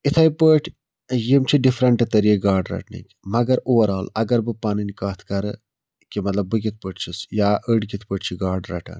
یِتھٔے پٲٹھۍ یِم چھِ ڈِفریٚنٛٹہٕ طٔریٖقہٕ گاڑٕ رَٹنٕکۍ مگر اُٚوَرآل اگر بہٕ پَنٕنۍ کَتھ کَرٕ کہِ مطلب بہٕ کِتھ پٲٹھۍ چھُس یا أڑۍ کِتھ پٲٹھۍ چھِ گاڑٕ رَٹان